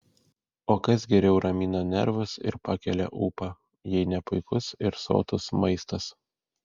o kas geriau ramina nervus ir pakelia ūpą jei ne puikus ir sotus maistas